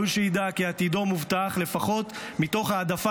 ראוי שידע כי עתידו מובטח לפחות מתוך העדפה